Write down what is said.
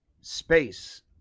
space